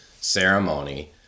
ceremony